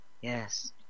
yes